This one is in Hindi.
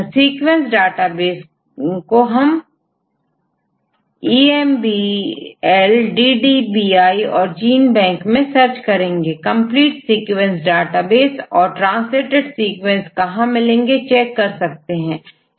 तो अब सीक्वेंस डाटाबेस देकर हम देख सकते हैं जैसेEMBLDDBJ और जीन बैंक सीक्वेंस डाटाबेस है यहां न्यूक्लिक एसिड सीक्वेंस और कंपलीट सीक्वेंस डाटाबेस तथा ट्रांसलेटेड सीक्वेंस से संबंधित संपूर्ण जानकारी प्राप्त हो जाएगी